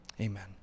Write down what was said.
amen